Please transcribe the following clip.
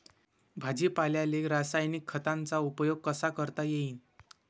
भाजीपाल्याले रासायनिक खतांचा उपयोग कसा करता येईन?